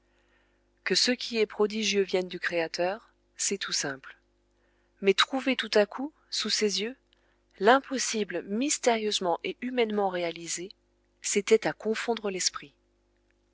que ce qui est prodigieux vienne du créateur c'est tout simple mais trouver tout à coup sous ses yeux l'impossible mystérieusement et humainement réalisé c'était à confondre l'esprit